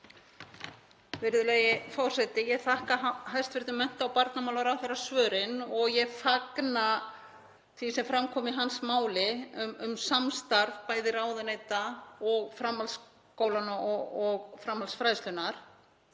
Virðulegi forseti. Ég þakka hæstv. mennta- og barnamálaráðherra svörin og ég fagna því sem fram kom í hans máli um samstarf bæði ráðuneyta og framhaldsskólanna og framhaldsfræðslunnar.